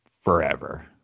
forever